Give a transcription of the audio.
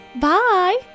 bye